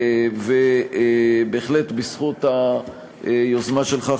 ובהחלט בזכות היוזמה שלך,